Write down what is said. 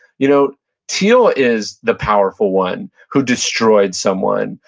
you know thiel is the powerful one who destroyed someone,